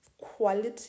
quality